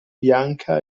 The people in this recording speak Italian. bianca